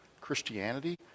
Christianity